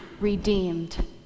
redeemed